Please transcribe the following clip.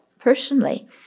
personally